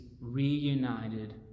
reunited